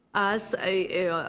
as a